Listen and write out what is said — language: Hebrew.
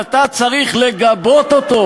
אז אתה צריך לגבות אותו.